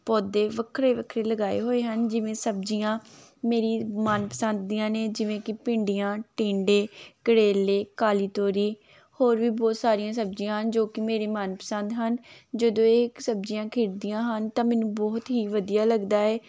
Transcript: ਪੌਦੇ ਵੱਖਰੇ ਵੱਖਰੇ ਲਗਾਏ ਹੋਏ ਹਨ ਜਿਵੇਂ ਸਬਜ਼ੀਆਂ ਮੇਰੀ ਮਨ ਪਸੰਦ ਦੀਆਂ ਨੇ ਜਿਵੇਂ ਕਿ ਭਿੰਡੀਆਂ ਟੀਂਡੇ ਕਰੇਲੇ ਕਾਲੀ ਤੋਰੀ ਹੋਰ ਵੀ ਬਹੁਤ ਸਾਰੀਆਂ ਸਬਜ਼ੀਆਂ ਹਨ ਜੋ ਕਿ ਮੇਰੇ ਮਨ ਪਸੰਦ ਹਨ ਜਦੋਂ ਇਹ ਸਬਜ਼ੀਆਂ ਖਿੜਦੀਆਂ ਹਨ ਤਾਂ ਮੈਨੂੰ ਬਹੁਤ ਹੀ ਵਧੀਆ ਲੱਗਦਾ ਹੈ